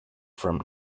from